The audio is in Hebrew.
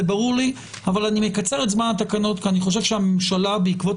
אני מקצר את זמן התקנות כי אני חושב שהממשלה בעקבות